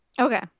Okay